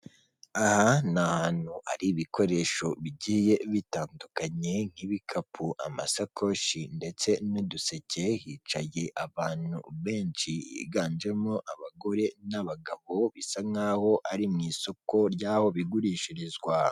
aha ni ahantu hari ibikoresho bigiye bitandukanye nk'ibikapu, amasakoshi ndetse n'uduseke hicaye abantu benshi higanjemo abagore n'abagabo bisa nk'aho ari mu isoko ry'aho bigurishirizwa.